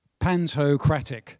pantocratic